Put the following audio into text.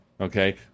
Okay